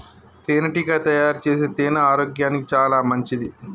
తేనెటీగ తయారుచేసే తేనె ఆరోగ్యానికి చాలా మంచిది